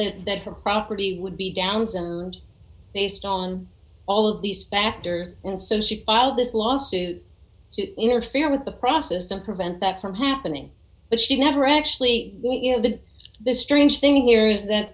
that that her property would be down based on all of these factors and so she filed this lawsuit to interfere with the process and prevent that from happening but she never actually you know the this strange thing here is that